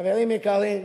חברים יקרים,